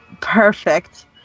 perfect